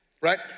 right